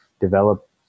develop